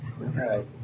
right